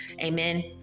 amen